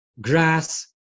grass